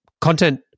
content